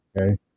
okay